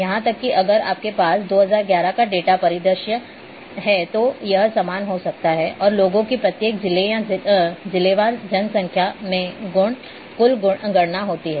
यहां तक कि अगर आपके पास 2011 का डेटा परिदृश्य है तो यह समान हो सकता है और लोगों की प्रत्येक जिले या जिलेवार जनसंख्या में कुल गणना होती है